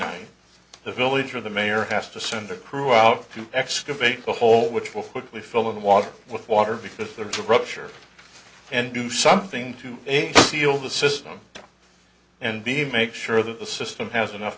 night in the village of the mayor has to send a crew out to excavate the hole which will foot we fill in the water with water because there is a rupture and do something to seal the system and be make sure that the system has enough